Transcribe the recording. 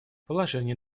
положение